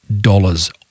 dollars